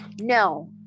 No